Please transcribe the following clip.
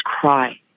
cry